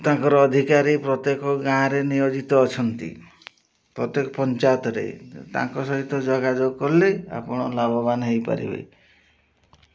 ତାଙ୍କର ଅଧିକାରୀ ପ୍ରତ୍ୟେକ ଗାଁରେ ନିୟୋଜିତ ଅଛନ୍ତି ପ୍ରତ୍ୟେକ ପଞ୍ଚାୟତରେ ତାଙ୍କ ସହିତ ଯୋଗାଯୋଗ କଲେ ଆପଣ ଲାଭବାନ ହୋଇପାରିବେ